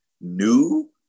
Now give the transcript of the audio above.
new